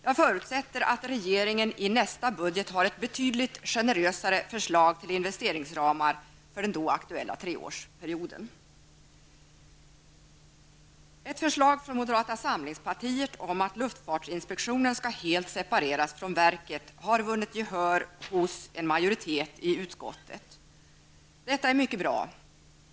Jag förutsätter att regeringen i nästa budget har ett betydligt generösare förslag till investeringsramar för den då aktuella treårsperioden. Ett förslag från moderata samlingspartiet om att luftfartsinspektionen skall helt separeras från verket har vunnit gehör hos en majoritet i utskottet. Detta är mycket bra.